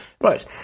Right